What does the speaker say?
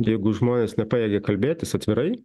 jeigu žmonės nepajėgia kalbėtis atvirai